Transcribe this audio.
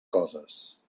coses